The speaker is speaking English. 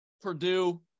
Purdue